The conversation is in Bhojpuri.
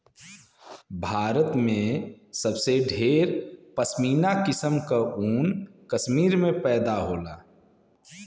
भारत में सबसे ढेर पश्मीना किसम क ऊन कश्मीर में पैदा होला